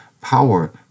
power